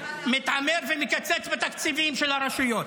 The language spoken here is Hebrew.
מתעמר ומקצץ בתקציבים של הרשויות.